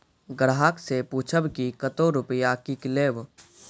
ग्राहक से पूछब की कतो रुपिया किकलेब?